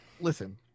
listen